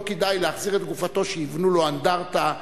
לא כדאי להחזיר את גופתו שיבנו לו אנדרטה,